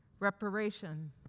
Reparation